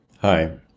Hi